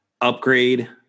upgrade